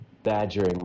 badgering